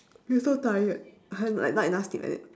you so tired I like not enough sleep like that